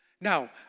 Now